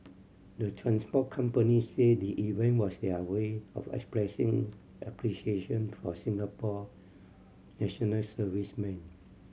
the transport companies said the event was their way of expressing appreciation for Singapore national servicemen